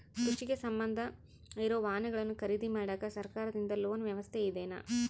ಕೃಷಿಗೆ ಸಂಬಂಧ ಇರೊ ವಾಹನಗಳನ್ನು ಖರೇದಿ ಮಾಡಾಕ ಸರಕಾರದಿಂದ ಲೋನ್ ವ್ಯವಸ್ಥೆ ಇದೆನಾ?